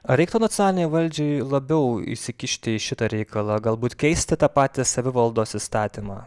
ar reiktų nacionalinei valdžiai labiau įsikišti į šitą reikalą galbūt keisti tą patį savivaldos įstatymą